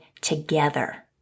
together